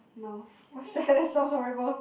no what's that sounds horrible